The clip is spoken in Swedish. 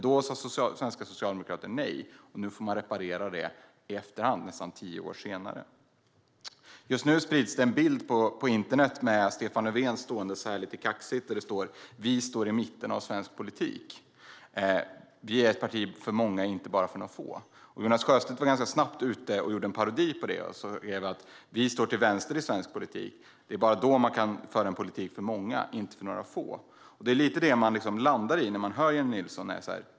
Då sa de svenska socialdemokraterna nej, och nu får man reparera det i efterhand, nästan tio år senare. Just nu sprids det en bild på internet där Stefan Löfven står lite kaxigt. Det står: Vi står i mitten av svensk politik. Vi är ett parti för många, inte bara för några få. Jonas Sjöstedt var ganska snabbt ute och gjorde en parodi på den bilden där det stod: Vi står till vänster i svensk politik. Det är bara då som man kan föra en politik för många, inte för några få. Det är lite det som man landar i när man hör Jennie Nilsson här.